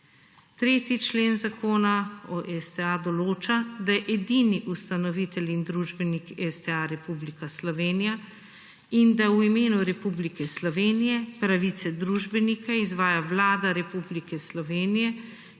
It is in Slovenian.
3. člen Zakona o STA določa, da je edini ustanovitelj in družbenik STA Republika Slovenija in da v imenu Republike Slovenije pravice družbenika izvaja Vlada RS, ki lahko